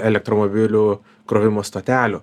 elektromobilių krovimo stotelių